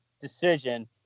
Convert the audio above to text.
decision